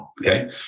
okay